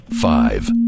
Five